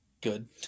Good